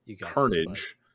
carnage